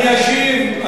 אני אשיב,